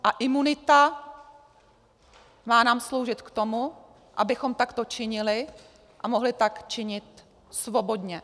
A imunita nám má sloužit k tomu, abychom takto činili a mohli tak činit svobodně.